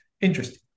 interesting